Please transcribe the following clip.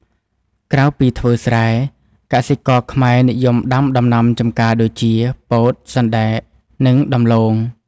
ក្រៅពីធ្វើស្រែ កសិករខ្មែរនិយមដាំដំណាំចម្ការដូចជា ពោត សណ្តែក និងដំឡូង។